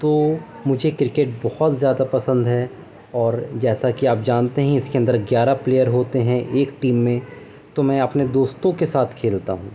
تو مجھے کرکٹ بہت زیادہ پسند ہے اور جیسا کہ آپ جانتے ہیں اس کے اندر گیارہ پلیر ہوتے ہیں ایک ٹیم میں تو میں اپنے دوستوں کے ساتھ کھیلتا ہوں